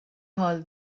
حال